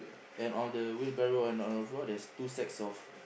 and all the wheelbarrow and on the floor there's two sacks of